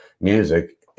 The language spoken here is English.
music